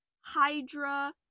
Hydra